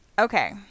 okay